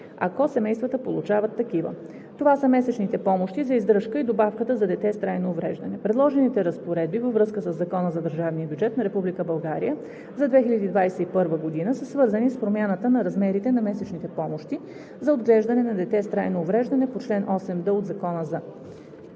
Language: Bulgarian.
ако семействата получават такива. Това са месечните помощи за издръжка и добавката за дете с трайно увреждане. Предложените разпоредби във връзка със Закона за държавния бюджет на Република България за 2021 г. са свързани с промяната на размерите на месечните помощи за отглеждане на дете с трайно увреждане по чл. 8д от Закона за